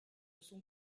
son